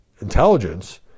intelligence